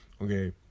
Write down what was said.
okay